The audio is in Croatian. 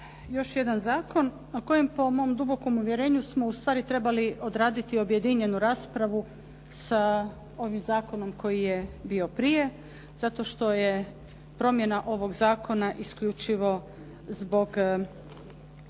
još jedan zakon o kojem po mom dubokom uvjerenju smo ustvari trebali odraditi objedinjenu raspravu sa ovim zakonom koji je bio prije, zato što je promjena ovog zakona isključivo zbog